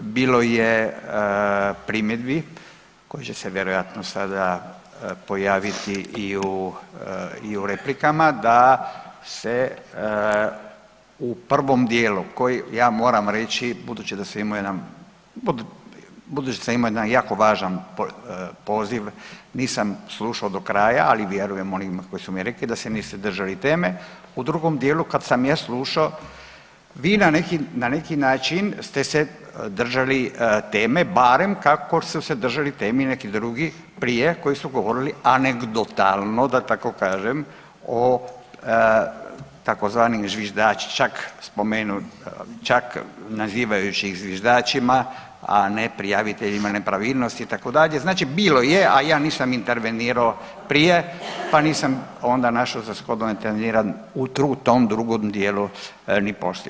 Bilo je primjedbi koje će se vjerojatno sada pojaviti i u, i u replikama da se u prvom dijelu koji ja moram reći budući da sam imao jedan, budući da sam imao jedan jako važan poziv nisam slušao do kraja, ali vjerujem onima koji su mi rekli da se niste držali teme, u drugom dijelu kad sam ja slušao vi na neki, na neki način ste se držali teme barem kako su se držali teme i neki drugi prije koji su govorili anegdotalno da tako kažem o tzv. zviždačima, čak nazivajući ih zviždačima, a ne prijaviteljima nepravilnosti itd., znači bilo je, a ja nisam intervenirao prije pa nisam onda našao za shodno da interveniram u tom drugom dijelu ni poslije.